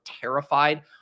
terrified